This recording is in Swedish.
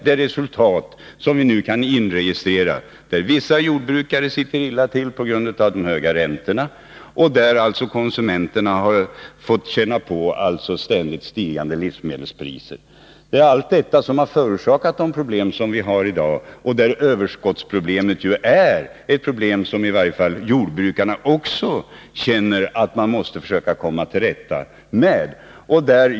Det resultat som vi nu kan registrera är alltså att vissa jordbrukare ligger illa till på grund av de höga räntorna och att konsumenterna har fått känna på ständigt stigande livsmedelspriser. Allt detta har förorsakat de problem som vi har i dag. Överskottsproblemet är ett problem som i varje fall också jordbrukarna känner att man måste försöka komma till rätta med.